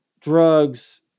drugs